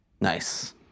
Nice